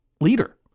leader